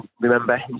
remember